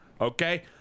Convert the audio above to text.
Okay